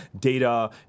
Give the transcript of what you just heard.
data